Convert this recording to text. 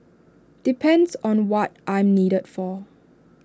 depends on what I'm needed for